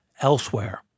elsewhere